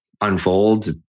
unfolds